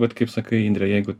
vat kaip sakai indre jeigu